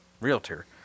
realtor